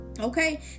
Okay